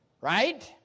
Right